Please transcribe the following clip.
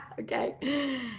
okay